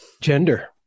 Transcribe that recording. Gender